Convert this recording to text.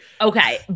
Okay